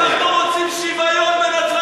אנחנו רוצים שוויון בנצרת,